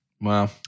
Wow